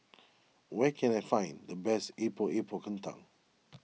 where can I find the best Epok Epok Kentang